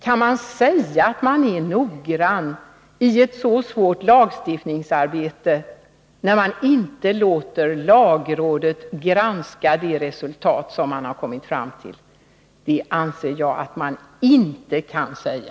Kan man säga att man är noggrann i ett så svårt lagstiftningsarbete, när man inte låter lagrådet granska de resultat som man kommit fram till? Det anser jag inte att man kan säga.